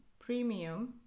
premium